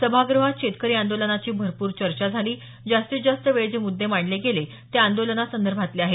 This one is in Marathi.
सभाग्रहात शेतकरी आंदोलनाची भरपूर चर्चा झाली जास्तीत जास्त वेळ जे मुद्दे मांडले गेले ते आंदोलनासंदर्भातले आहेत